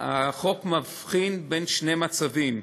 החוק מבחין בין שני מצבים,